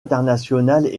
internationales